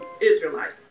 Israelites